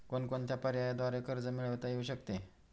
कोणकोणत्या पर्यायांद्वारे कर्ज मिळविता येऊ शकते?